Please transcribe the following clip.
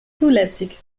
zulässig